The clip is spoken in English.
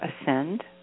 ascend